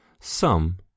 Some